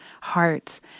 hearts